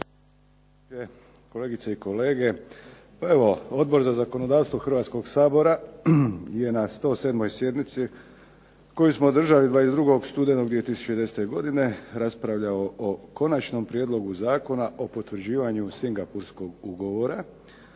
Kolegice i kolege. Odbor za zakonodavstvo Hrvatskoga sabora je na 107. sjednici koju smo održali 22. studenog 2010. godine raspravljao o Konačnom prijedlogu zakona o potvrđivanju Singapurskog ugovora,